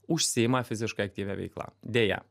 užsiima fiziškai aktyvia veikla deja